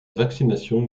vaccination